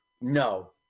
no